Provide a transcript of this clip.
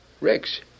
Rex